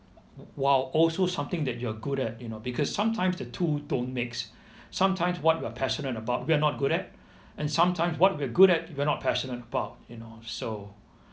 while also something that you are good at you know because sometimes the two don't mix sometimes what we are passionate about we are not good at and sometimes what we are good at we are not passionate about you know so